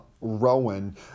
Rowan